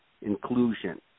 inclusion